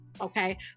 Okay